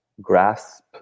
grasp